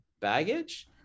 baggage